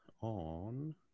on